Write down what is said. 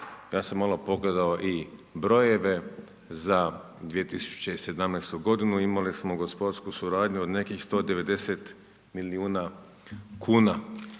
ja sam malo pogledao i brojeve za 2017. godinu, imali smo gospodarsku suradnju od nekih 190 milijuna kuna,